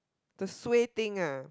the suay thing ah